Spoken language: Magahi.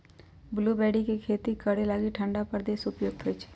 ब्लूबेरी के खेती करे लागी ठण्डा प्रदेश उपयुक्त होइ छै